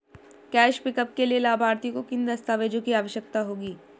Cash pickup के लिए लाभार्थी को किन दस्तावेजों की आवश्यकता होगी?